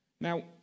Now